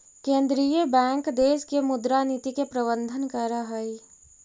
केंद्रीय बैंक देश के मुद्रा नीति के प्रबंधन करऽ हइ